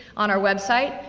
on our website,